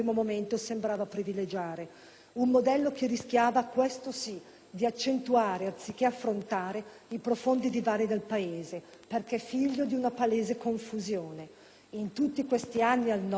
Un modello che rischiava - questo sì - di accentuare anziché affrontare i profondi divari del Paese perché figlio di una palese confusione. In tutti questi anni al Nord si parlava di federalismo,